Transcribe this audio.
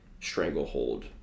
stranglehold